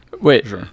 Wait